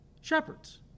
Shepherds